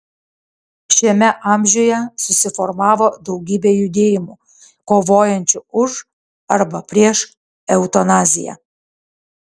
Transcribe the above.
šiame amžiuje susiformavo daugybė judėjimų kovojančių už arba prieš eutanaziją